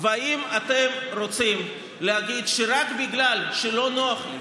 --- האם אתם רוצים להגיד: רק בגלל שלא נוח לי